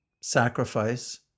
sacrifice